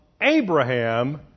Abraham